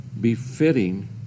befitting